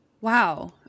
Wow